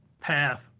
path